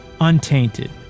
untainted